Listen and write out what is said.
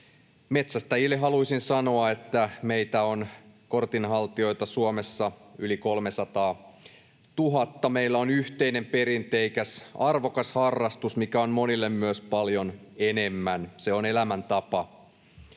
Metsästäjille haluaisin sanoa, että meitä kortinhaltijoita on Suomessa yli 300 000. Meillä on yhteinen perinteikäs, arvokas harrastus, mikä on monille myös paljon enemmän: se on elämäntapa.